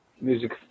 music